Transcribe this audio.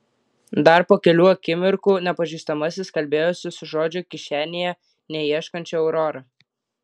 dar po kelių akimirkų nepažįstamasis kalbėjosi su žodžio kišenėje neieškančia aurora